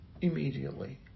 immediately